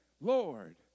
Lord